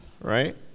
right